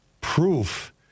proof